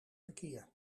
verkeer